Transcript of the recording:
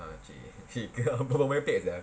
ah !chey! !chey! kau berbual merepek sia